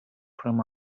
from